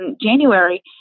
January